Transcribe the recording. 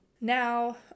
now